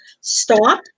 stop